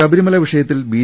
ശബരിമല വിഷയത്തിൽ ബി